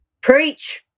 Preach